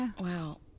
Wow